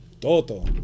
Toto